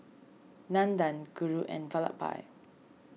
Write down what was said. Nandan Guru and Vallabhbhai